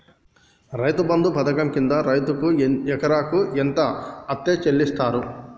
రైతు బంధు పథకం కింద రైతుకు ఎకరాకు ఎంత అత్తే చెల్లిస్తరు?